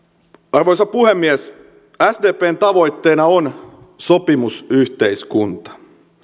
arvoisa puhemies sdpn tavoitteena on sopimusyhteiskunta